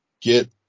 get